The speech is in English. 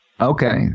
Okay